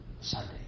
Sunday